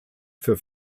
für